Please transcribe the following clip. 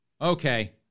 Okay